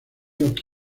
del